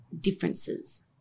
differences